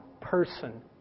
person